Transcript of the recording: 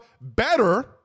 better